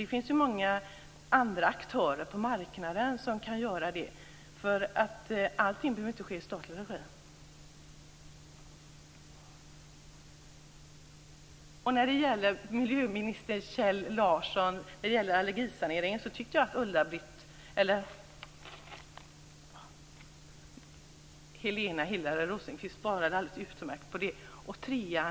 Det finns många aktörer på marknaden som kan göra det, för allting behöver ju inte ske i statlig regi. När det gäller allergisaneringen tycker jag att Helena Hillar Rosenqvist svarade alldeles utmärkt på den frågan.